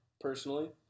personally